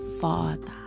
father